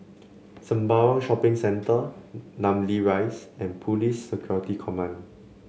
Sembawang Shopping Centre Namly Rise and Police Security Command